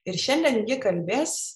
ir šiandien ji kalbės